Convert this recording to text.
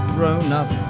Grown-up